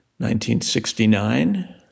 1969